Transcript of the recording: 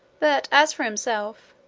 that as for himself,